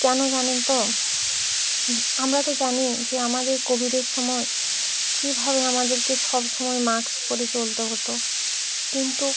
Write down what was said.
কেন জানেন তো আমরা তো জানি যে আমাদের কোভিডের সময় কীভাবে আমাদেরকে সব সময় মাস্ক পরে চলতে হত কিন্তু